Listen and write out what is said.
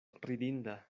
ridinda